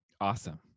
Awesome